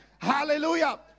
Hallelujah